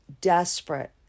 desperate